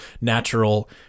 natural